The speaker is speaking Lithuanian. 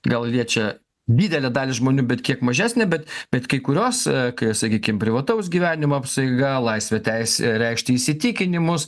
gal liečia didelę dalį žmonių bet kiek mažesnę bet bet kai kurios kai sakykim privataus gyvenimo apsauga laisvė teisė reikšti įsitikinimus